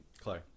Clay